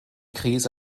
krise